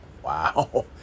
Wow